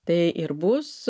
tai ir bus